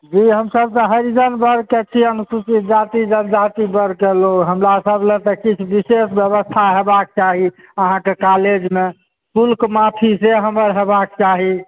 जी हमसभ तऽ हरिजन वर्गके छी अनुसूचित जाति जनजाति वर्गके लोक हमरासभ लए तऽ किछु विशेष बेबस्था हेबाक चाही अहाँके कॉलेजमे शुल्क माफी से हमर हेबाक चाही